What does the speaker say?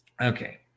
Okay